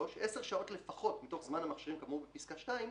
(3)10 שעות לפחות מתוך זמן המכשירים כאמור בפסקה (2)